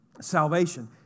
salvation